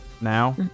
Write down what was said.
now